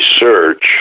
research